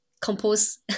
compose